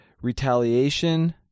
Retaliation